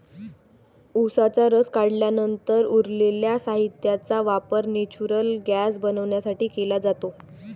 उसाचा रस काढल्यानंतर उरलेल्या साहित्याचा वापर नेचुरल गैस बनवण्यासाठी केला जातो